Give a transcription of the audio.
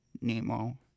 Nemo